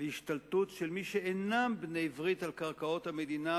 להשתלטות של מי שאינם בני-ברית על קרקעות המדינה,